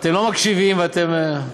אתם לא מקשיבים ואתם,